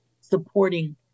supporting